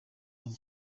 babo